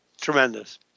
Tremendous